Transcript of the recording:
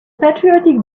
patriotic